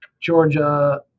Georgia